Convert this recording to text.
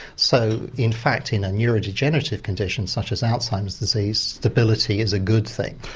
so in fact in a neurodegenerative condition such as alzheimer's disease stability is a good thing.